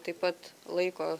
taip pat laiko